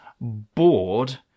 bored